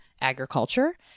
agriculture